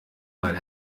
mal